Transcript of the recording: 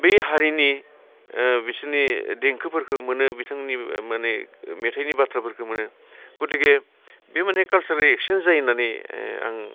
बै हारिनि ओ बिसिनि देंखोफोरखौ मोनो बिथांनि माने मेथाइनि बाथ्राफोरखो मोनो गतिके बे माने कालचारेल एक्सचेन्स जायो होननानै ओ आं